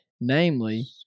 namely